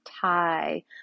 tie